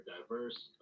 diverse